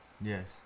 Yes